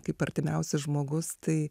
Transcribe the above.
kaip artimiausias žmogus tai